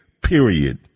period